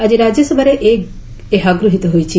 ଆଜି ରାଜ୍ୟସଭାରେ ଏହା ଗୃହୀତ ହୋଇଛି